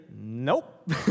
nope